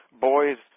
boys